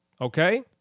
okay